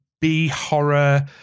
B-horror